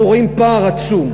אנחנו רואים פער עצום: